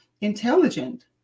intelligent